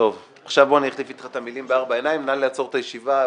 נא לעצור את הישיבה.